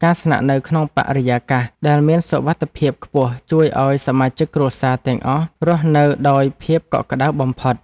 ការស្នាក់នៅក្នុងបរិយាកាសដែលមានសុវត្ថិភាពខ្ពស់ជួយឱ្យសមាជិកគ្រួសារទាំងអស់រស់នៅដោយភាពកក់ក្តៅបំផុត។